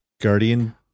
guardian